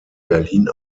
berlin